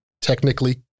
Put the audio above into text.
technically